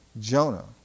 Jonah